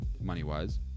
money-wise